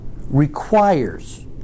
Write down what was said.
requires